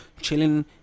chilling